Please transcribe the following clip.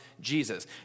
Jesus